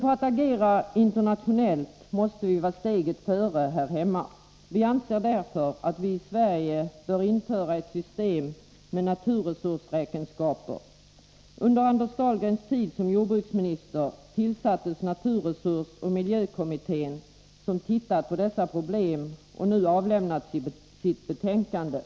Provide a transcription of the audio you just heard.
För att agera internationellt måste vi här hemma vara steget före andra. Vi anser därför att vi i Sverige bör införa ett system med naturresursräkenskaper. Under Anders Dahlgrens tid som jordbruksminister tillsattes naturresursoch miljökommittén, som tittat på dessa problem och nu avlämnat sitt betänkande.